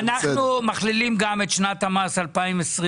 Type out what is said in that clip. אנחנו מכלילים גם את שנת המס 2024,